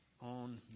on